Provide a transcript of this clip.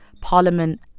Parliament